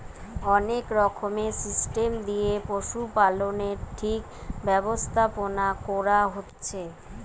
অনেক রকমের সিস্টেম দিয়ে পশুপালনের ঠিক ব্যবস্থাপোনা কোরা হচ্ছে